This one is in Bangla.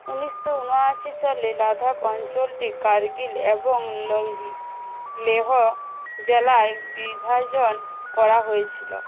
উনিশশো উনআশি সালে লাদাখ অঞ্চলটি কার্গিল এবং লে লেহ জেলায় বিভাজন করা হয়েছিলো